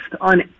on